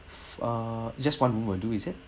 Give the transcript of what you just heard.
uh just one moment two is it